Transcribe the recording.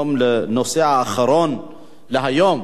בסדר-היום, הנושא האחרון להיום: